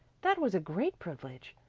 that was a great privilege.